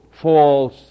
false